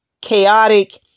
chaotic